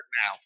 now